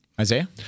Isaiah